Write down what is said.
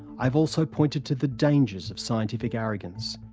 i've also pointed to the dangers of scientific arrogance,